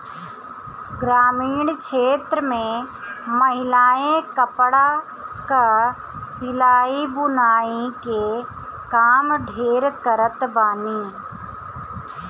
ग्रामीण क्षेत्र में महिलायें कपड़ा कअ सिलाई बुनाई के काम ढेर करत बानी